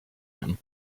them